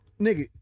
nigga